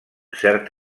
cert